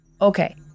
okay